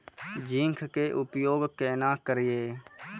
Zinc के उपयोग केना करये?